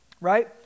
right